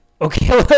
Okay